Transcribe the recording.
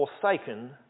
forsaken